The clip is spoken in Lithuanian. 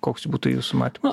koks būtų jūsų matymas